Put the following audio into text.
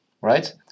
Right